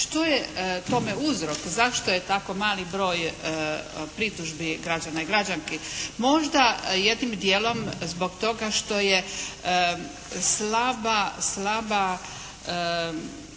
što je tome uzrok, zašto je tako mali broj pritužbi građana i građanski. Možda jednim djelom zbog toga što je slaba